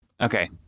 Okay